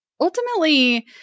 Ultimately